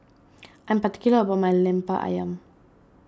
I am particular about my Lemper Ayam